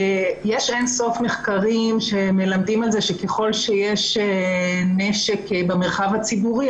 יש אין סוף מחקרים שמלמדים על זה שככל שיש נשק במרחב הציבורי,